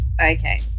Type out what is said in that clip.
Okay